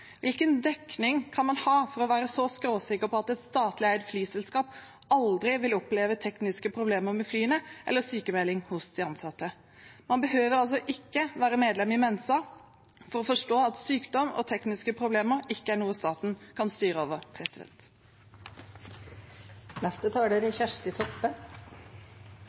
Hvilken dekning kan man ha for å være så skråsikker på at et statlig eid flyselskap aldri vil oppleve tekniske problemer med flyene eller sykmelding hos de ansatte? Man behøver ikke være medlem i Mensa for å forstå at sykdom og tekniske problemer ikke er noe staten kan styre over.